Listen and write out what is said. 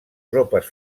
tropes